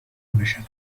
بشود